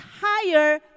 higher